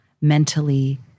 mentally